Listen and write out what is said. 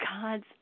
God's